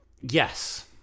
Yes